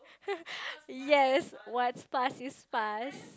yes what's past is past